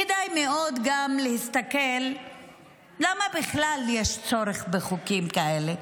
כדאי מאוד גם להסתכל למה בכלל יש צורך בחוקים כאלה.